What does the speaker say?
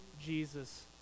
Jesus